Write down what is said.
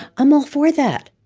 i'm all for that.